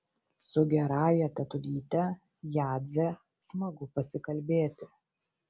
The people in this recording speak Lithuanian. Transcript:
su gerąja tetulyte jadze smagu pasikalbėti